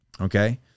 Okay